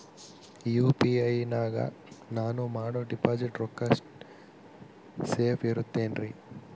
UPI ನಾಗ ನಾನು ಮಾಡೋ ಡಿಪಾಸಿಟ್ ರೊಕ್ಕ ಸೇಫ್ ಇರುತೈತೇನ್ರಿ?